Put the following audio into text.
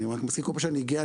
כל פעם שאני גאה,